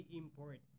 import